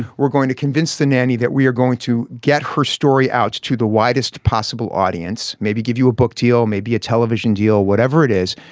we're going to convince the nanny that we are going to get her story out to the widest possible audience maybe give you a book deal maybe a television deal whatever it is.